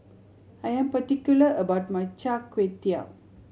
I am particular about my Char Kway Teow